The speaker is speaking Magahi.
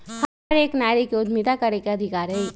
हर एक नारी के उद्यमिता करे के अधिकार हई